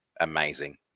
amazing